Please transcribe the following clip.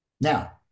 Now